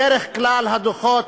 בדרך כלל הדוחות